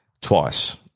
twice